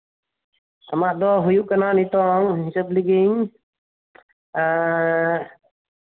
ᱟᱢᱟᱜ ᱫᱚ ᱦᱩᱭᱩᱜ ᱠᱟᱱᱟ ᱱᱤᱛᱳᱝ ᱦᱤᱥᱟᱹᱵ ᱞᱮᱫᱜᱮᱧ ᱮᱸᱜ